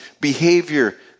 behavior